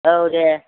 औ दे